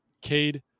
Cade